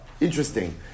Interesting